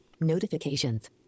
Notifications